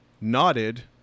nodded